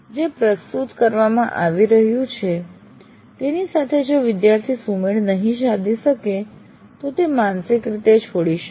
જે પ્રસ્તુત કરવામાં આવી રહ્યું છે તેની સાથે જો વિદ્યાર્થી સાથે સુમેળ નહિ સાધી શકે તો તે માનસિક રીતે છોડી દેશે